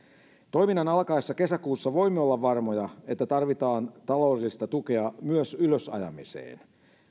toiminnan alkaessa kesäkuussa voimme olla varmoja että tarvitaan taloudellista tukea myös ylösajamiseen